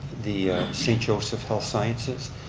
the st. joseph's health sciences,